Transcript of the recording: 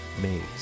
Maze